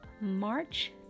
March